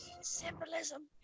Symbolism